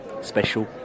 special